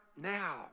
now